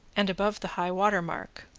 and above the high water mark.